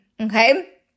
okay